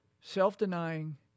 self-denying